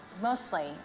mostly